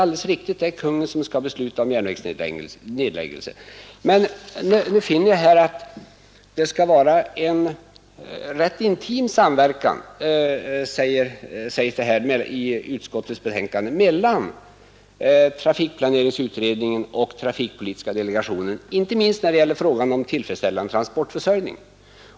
Men jag finner också av utskottets betänkande att det skall förekomma en ganska intim samverkan mellan trafikplaneringsutredningen och transportpolitiska delegationen, inte minst när det gäller frågan om tillfredsställande transportförsörjning.